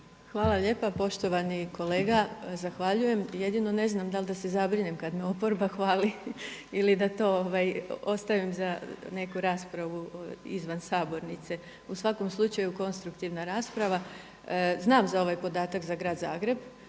Hvala lijepa poštovani kolega. Zahvaljujem. Jedino ne znam da li da se zabrinem kad me oporba hvali ili da to ostavim za neku raspravu izvan sabornice. U svakom slučaju konstruktivna rasprava. Znam za ovaj podatak za grad Zagreb,